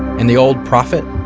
and the old prophet?